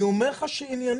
עניינית,